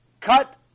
cut